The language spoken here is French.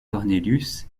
cornelius